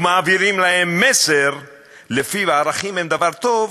ומעבירים להם מסר שלפיו ערכים הם דבר טוב,